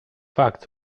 facts